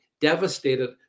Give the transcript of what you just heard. devastated